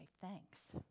thanks